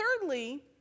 Thirdly